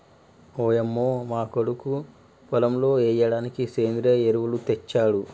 ఓయంమో మా కొడుకు పొలంలో ఎయ్యిడానికి సెంద్రియ ఎరువులు తెచ్చాడు